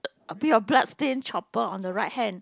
a bit of blood stain chopper on the right hand